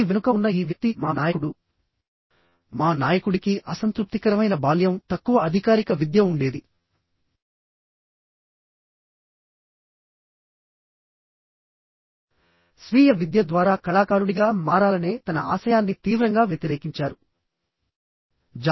దీని వెనుక ఉన్న ఈ వ్యక్తి మా నాయకుడు మా నాయకుడికి అసంతృప్తికరమైన బాల్యం తక్కువ అధికారిక విద్య ఉండేది స్వీయ విద్య ద్వారా కళాకారుడిగా మారాలనే తన ఆశయాన్ని తీవ్రంగా వ్యతిరేకించారు